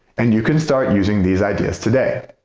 and you can start using these ideas today.